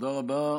תודה רבה.